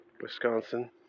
Wisconsin